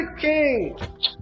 King